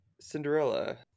Cinderella